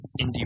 indie